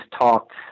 talked